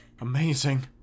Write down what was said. Amazing